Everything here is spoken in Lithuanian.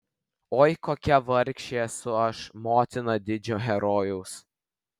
oi kokia vargšė esu aš motina didžio herojaus